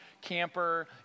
camper